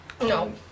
No